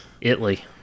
italy